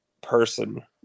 person